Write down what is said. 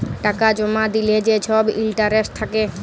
টাকা জমা দিলে যে ছব ইলটারেস্ট থ্যাকে